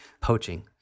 poaching